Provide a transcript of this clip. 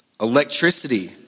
Electricity